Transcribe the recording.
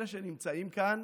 אלה שנמצאים כאן